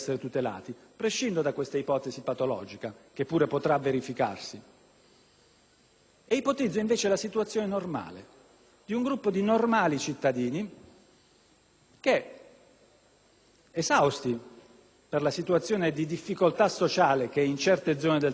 e ipotizzo invece la situazione normale di un gruppo di normali cittadini che, esausti per la situazione di difficoltà sociale che in certe zone del territorio in cui abitano si è venuta a creare, pattugliano con il benestare degli